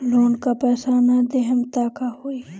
Loan का पैस न देहम त का होई?